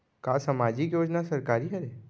का सामाजिक योजना सरकारी हरे?